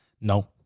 No